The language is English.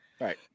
Right